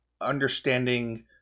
understanding